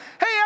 Hey